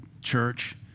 church